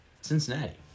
Cincinnati